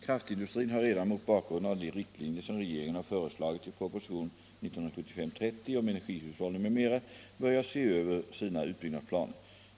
Kraftindustrin har redan mot bakgrund av de riktlinjer som regeringen har föreslagit i propositionen 1975:30 om energihushållningen m.m. börjat se över sina utbyggnadsplaner.